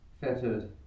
Fettered